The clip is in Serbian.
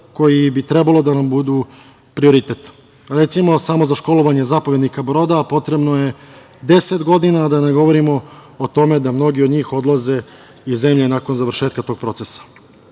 koji bi trebalo da nam budu prioritet. Recimo, samo za školovanje zapovednika broda potrebno je deset godina, a da ne govorimo o tome da mnogi od njih odlaze iz zemlje nakon završetka tog procesa.